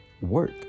work